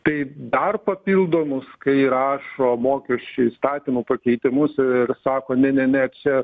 tai dar papildomus kai rašo mokesčių įstatymų pakeitimus ir sako ne ne čia